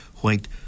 white